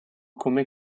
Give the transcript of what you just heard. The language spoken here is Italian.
come